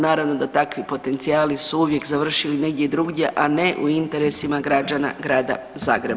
Naravno da takvi potencijali su uvijek završili negdje drugdje a ne u interesima građana grada Zagreba.